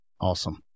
Awesome